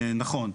נכון.